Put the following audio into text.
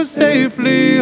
safely